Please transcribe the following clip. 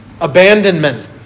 abandonment